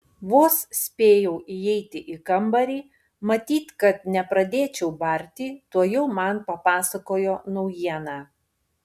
vos spėjau įeiti į kambarį matyt kad nepradėčiau barti tuojau man papasakojo naujieną